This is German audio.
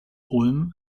ulm